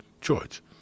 George